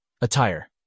Attire